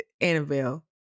Annabelle